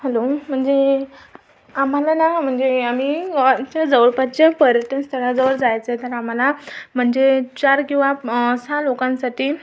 hello म्हणजे आम्हाला ना म्हणजे आम्ही आमच्या जवळपासच्या पर्यटन स्थळाजवळ जायचं आहे तर आम्हाला म्हणजे चार किंवा सहा लोकांसाठी